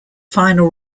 final